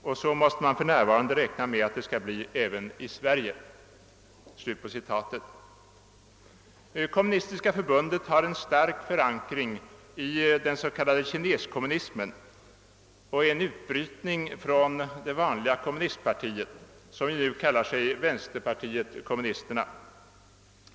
Och så måste man för närvarande räkna med att det ska bli även i Sverige.» Kommunistiska förbundet har en stark förankring i den s.k. kineskommunismen och är en utbrytning ur det »vanliga kommunistpartiet» som nu kallar sig vänsterpartiet kommunisterna.